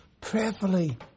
prayerfully